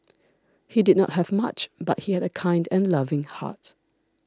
he did not have much but he had a kind and loving heart